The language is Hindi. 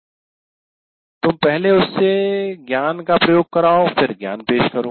तुम पहले उससे ज्ञान का प्रयोग कराओ फिर ज्ञान पेश करो